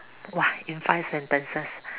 !wah! in five sentences